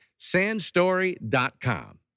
sandstory.com